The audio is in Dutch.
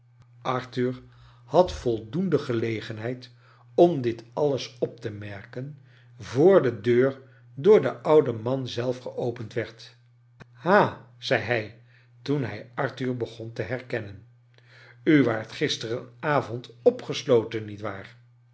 arthur had voldoende gelegenheid om dit alles op te merken voor de deur door den ouden man zelf geopend werd ha zei hij toen hij arthur begon te herkennen u waart gisterenavond opges loten niet waar